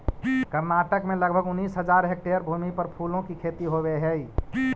कर्नाटक में लगभग उनीस हज़ार हेक्टेयर भूमि पर फूलों की खेती होवे हई